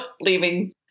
leaving